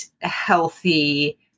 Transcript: healthy